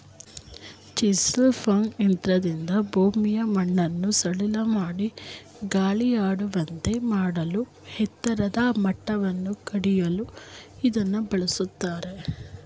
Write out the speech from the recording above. chisel plough ಯಂತ್ರದಿಂದ ಭೂಮಿಯ ಮಣ್ಣನ್ನು ಸಡಿಲಮಾಡಿ ಗಾಳಿಯಾಡುವಂತೆ ಮಾಡಲೂ ಎತ್ತರದ ಮಟ್ಟವನ್ನು ಕಡಿಯಲು ಇದನ್ನು ಬಳ್ಸತ್ತರೆ